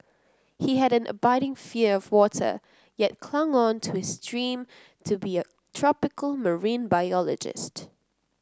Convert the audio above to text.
he had an abiding fear of water yet clung on to his dream to be a tropical marine biologist